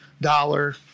dollar